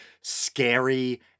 scary